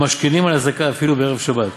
ממשכנים על הצדקה, אפילו בערב שבת.